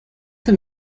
dann